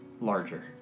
larger